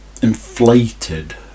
Inflated